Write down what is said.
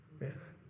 Yes